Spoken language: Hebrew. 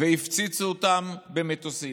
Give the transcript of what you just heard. והפציצו אותם במטוסים.